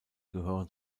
gehören